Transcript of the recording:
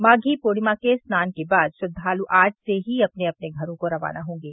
माधी पूर्णिमा के स्नान के बाद श्रद्वालु आज ही से अपने अपने घरो को रवाना होंगे